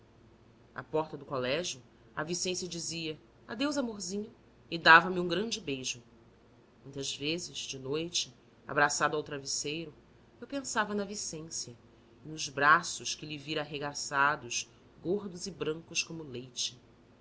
à porta do colégio a vicência dizia adeus amorzinho e dava-me um grande beijo muitas vezes de noite abraçado ao travesseiro eu pensava na vicência e nos braços que lhe vira arregaçados gordos e brancos como leite